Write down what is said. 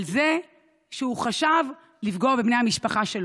על זה שהוא חשב לפגוע בבני המשפחה שלו.